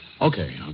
Okay